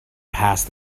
past